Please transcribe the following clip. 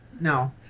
No